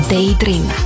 Daydream